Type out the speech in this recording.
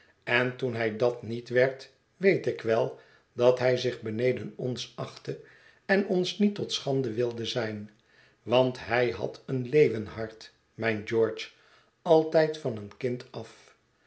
en toen hij dat niet werd weet ik wel dat hij zich beneden ons achtte en ons niet tot schande wilde zijn want hij had een leeuwenhart mijn george altijd van een kind af